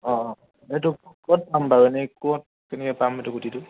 অঁ অঁ এইটো ক'ত পাম বাৰু এনেই ক'ত কেনেকৈ পাম এইটো গুটিটো